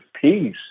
peace